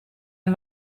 een